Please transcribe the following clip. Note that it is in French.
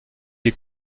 une